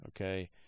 Okay